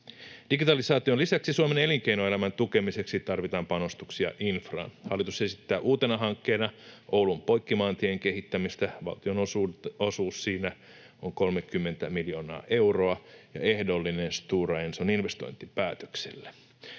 Digitalisaation lisäksi Suomen elinkeinoelämän tukemiseksi tarvitaan panostuksia infraan. Hallitus esittää uutena hankkeena Oulun Poikkimaantien kehittämistä. Valtion osuus siinä on 30 miljoonaa euroa ja ehdollinen Stora Enson investointipäätökselle.